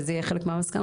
זה יהיה חלק מהמסקנות,